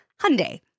Hyundai